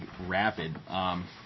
rapid